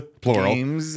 plural